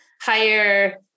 higher